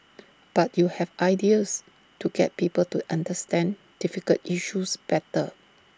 but you have ideas to get people to understand difficult issues better